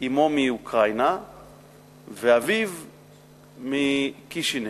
אמו מאוקראינה ואביו מקישינב,